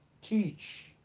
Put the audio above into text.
teach